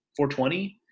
420